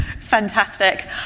Fantastic